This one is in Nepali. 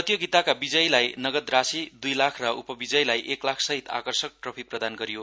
प्रतियोगिताका विजयीलाई नगद राशी दुई लाख र उपविजयीलाई एक लाख सहित आकर्ष ट्रफि प्रदान गरियो